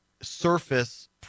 surface